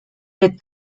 der